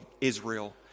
Israel